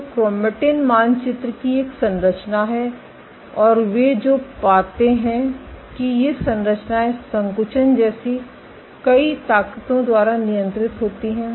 तो क्रोमैटिन मानचित्र की एक संरचना है और वे जो पाते हैं कि ये संरचनाएं संकुचन जैसी कई ताकतों द्वारा नियंत्रित होती हैं